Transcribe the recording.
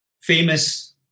famous